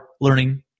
learning